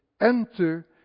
enter